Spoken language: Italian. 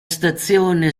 stazione